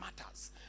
matters